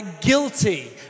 guilty